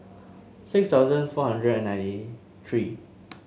six thousand four hundred ninety three